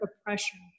oppression